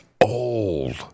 old